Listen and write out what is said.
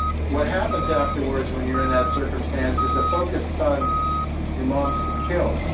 what happens afterwards when you're in that circumstance is the focus on your mom has been killed,